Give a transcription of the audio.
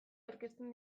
aurkezten